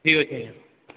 ଠିକ୍ ଅଛି ଆଜ୍ଞା